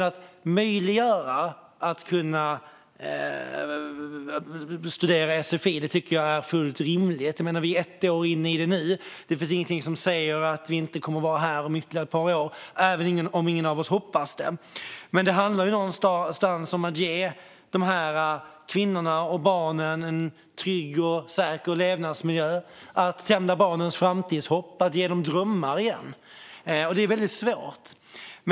Att möjliggöra att kunna studera inom sfi är fullt rimligt. Vi är nu ett år inne i det. Det finns ingenting som säger att vi inte kommer att vara här om ytterligare ett år, även om ingen av oss hoppas det. Det handlar någonstans om att ge de här kvinnorna och barnen en trygg och säker levnadsmiljö och tända barnens framtidshopp och ge dem drömmar igen. Det är väldigt svårt.